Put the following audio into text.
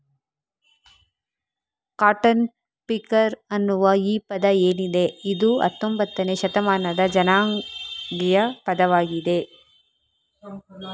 cotton picker ಅನ್ನುವ ಈ ಪದ ಏನಿದೆ ಇದು ಹತ್ತೊಂಭತ್ತನೇ ಶತಮಾನದ ಜನಾಂಗೀಯ ಪದವಾಗಿದೆ